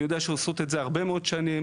אני יודע שעושות את זה הרבה מאוד שנים,